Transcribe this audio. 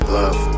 love